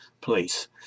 place